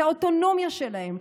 האוטונומיה שלהם,